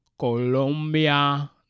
Colombia